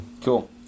Cool